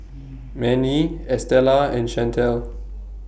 Mannie Estela and Shantel